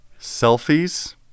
Selfies